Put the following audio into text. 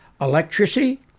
electricity